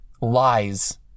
lies